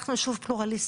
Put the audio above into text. אנחנו יישוב פלורליסטי.